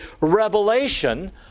revelation